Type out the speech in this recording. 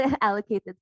Allocated